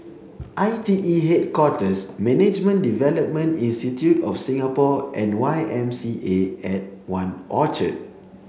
I T E Headquarters Management Development institute of Singapore and Y M C A at One Orchard